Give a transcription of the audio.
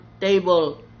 table